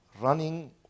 running